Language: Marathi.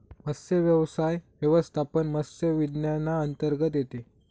मत्स्यव्यवसाय व्यवस्थापन मत्स्य विज्ञानांतर्गत येते